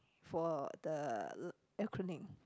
for the acronym